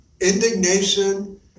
indignation